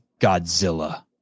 Godzilla